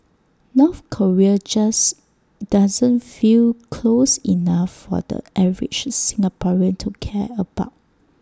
North Korea just doesn't feel close enough for the average Singaporean to care about